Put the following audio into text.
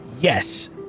Yes